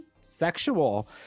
sexual